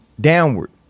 downward